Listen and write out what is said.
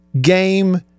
game